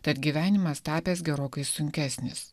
tad gyvenimas tapęs gerokai sunkesnis